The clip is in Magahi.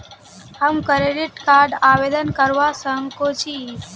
हम क्रेडिट कार्ड आवेदन करवा संकोची?